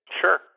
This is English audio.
Sure